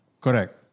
Correct